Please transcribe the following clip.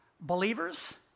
believers